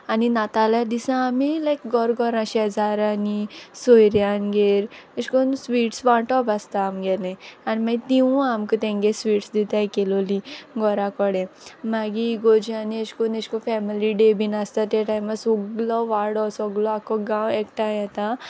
आनी नातालां दिसा आमी लायक घोर घोरां शेजाऱ्यांनी सोयऱ्यांगेर अेश कोन्न स्विट्स वांटोप आसता आमगेलें आनी मागीर तिंवूय आमक तेंगे स्विट्स दिताय केलोलीं घोरा कोडे मागी इगोर्जे आनी अेश कोन्न अेश कोन्न फेमिली डे बीन आसता ते टायमार सोगलो वाडो सोगलो आख्खो गांव एकठांय येता